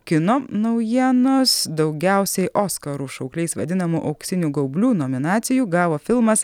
kino naujienos daugiausiai oskarų šaukliais vadinamų auksinių gaublių nominacijų gavo filmas